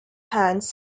hands